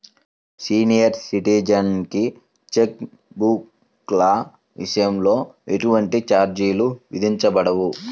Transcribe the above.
senior సిటిజన్లకి check బుక్ల విషయంలో ఎటువంటి ఛార్జీలు విధించబడవు